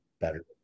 better